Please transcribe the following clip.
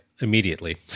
immediately